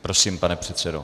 Prosím, pane předsedo.